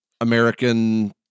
American